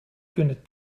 kunnen